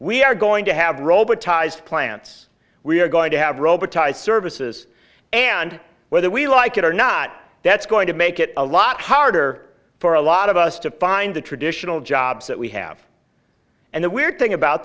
we are going to have robotized plants we are going to have robotized services and whether we like it or not that's going to make it a lot harder for a lot of us to find the traditional jobs that we have and the weird thing about